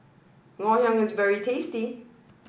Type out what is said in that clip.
Ngoh Hiang is very tasty